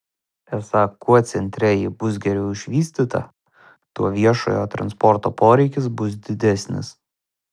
esą kuo centre ji bus geriau išvystyta tuo viešojo transporto poreikis bus didesnis